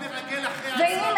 כי הם